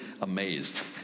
amazed